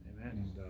Amen